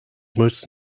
most